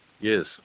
Yes